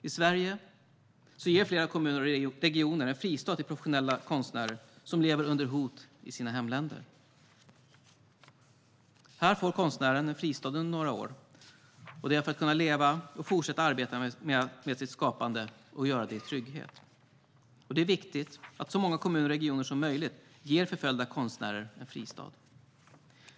I Sverige ger flera kommuner och regioner en fristad till professionella konstnärer som lever under hot i sina hemländer. Här får konstnären en fristad under några år för att kunna leva och fortsätta arbeta med sitt skapande i trygghet. Det är viktigt att så många kommuner och regioner som möjligt ger förföljda konstnärer en fristad.